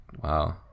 wow